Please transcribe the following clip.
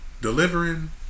Delivering